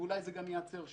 ואולי זה גם ייעצר שם.